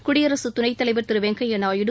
குடியரசுத் துணைத் தலைவர் திரு வெங்கப்யா நாயுடு